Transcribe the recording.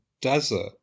desert